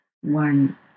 one